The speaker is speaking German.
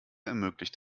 ermöglicht